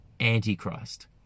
antichrist